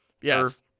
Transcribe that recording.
Yes